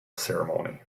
ceremony